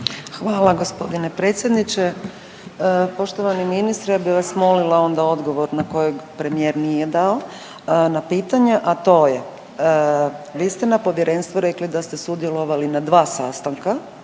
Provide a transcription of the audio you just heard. Hvala gospodine predsjedniče. Poštovani ministre ja bi vas molila onda odgovor na kojeg premijer nije dao na pitanja, a to je vi ste na povjerenstvu rekli da ste sudjelovali na 2 sastanka